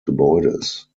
gebäudes